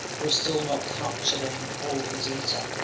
we're still not capturing all of the data.